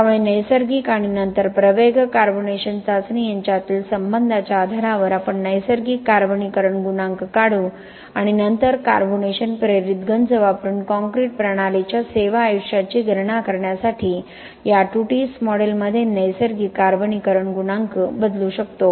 त्यामुळे नैसर्गिक आणि नंतर प्रवेगक कार्बोनेशन चाचणी यांच्यातील संबंधाच्या आधारावर आपण नैसर्गिक कार्बनीकरण गुणांक काढू आणि नंतर कार्बोनेशन प्रेरित गंज वापरून कॉंक्रीट प्रणालीच्या सेवा आयुष्याची गणना करण्यासाठी या टुटिस मॉडेलमध्ये नैसर्गिक कार्बनीकरण गुणांक बदलू शकतो